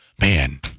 man